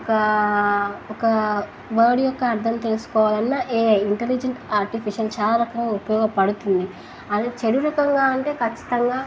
ఒక ఒక వడ్ యొక్క అర్థం తెలుసుకోవాలన్నా ఏ ఇంటలిజెంట్ ఆర్టిఫిషియల్ చాలా రకంగా ఉపయోగపడుతుంది అది చరురకంగా అంటే ఖచ్చితంగా